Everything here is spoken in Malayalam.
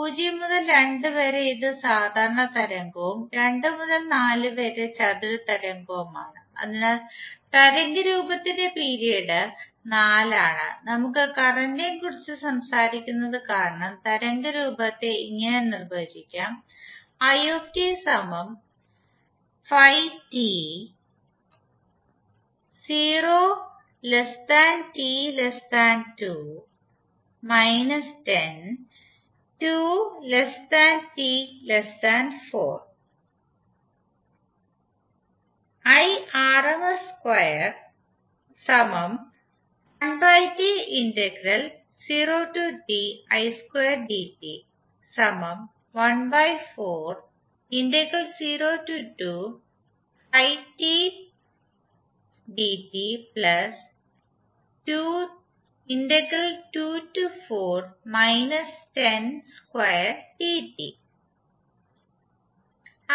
0 മുതൽ 2 വരെ ഇത് സാധാരണ തരംഗവും 2 മുതൽ 4 വരെ ചതുര തരംഗവുമാണ് അതിനാൽ തരംഗരൂപത്തിന്റെ പീരീഡ് 4 ആണ് നമ്മൾ കറന്റ്നെ കുറിച്ച സംസാരിക്കുന്നത് കാരണം തരംഗരൂപത്തെ ഇങ്ങനെ നിർവചിക്കാം